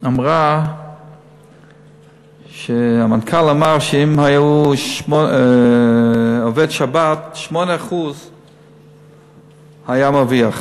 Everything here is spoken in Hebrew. אמרה שהמנכ"ל אמר שאם הוא היה עובד בשבת הוא היה מרוויח